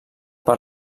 per